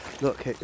Look